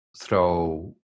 throw